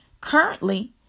Currently